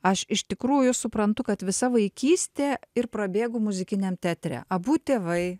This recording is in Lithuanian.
aš iš tikrųjų suprantu kad visa vaikystė ir prabėgo muzikiniam teatre abu tėvai